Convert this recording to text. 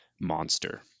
monster